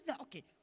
okay